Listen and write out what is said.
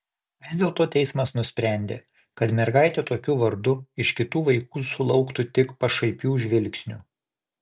vis dėlto teismas nusprendė kad mergaitė tokiu vardu iš kitų vaikų sulauktų tik pašaipių žvilgsnių